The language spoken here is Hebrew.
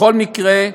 בכל מקרה,